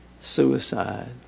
suicide